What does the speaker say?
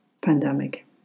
pandemic